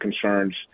concerns